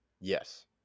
Yes